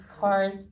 cars